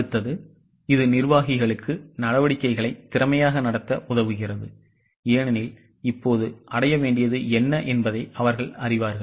அடுத்தது இது நிர்வாகிகளுக்கு நடவடிக்கைகளை திறமையாக நடத்த உதவுகிறது ஏனெனில் இப்போது அடைய வேண்டியது என்ன என்பதை அவர்கள் அறிவார்கள்